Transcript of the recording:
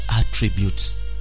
attributes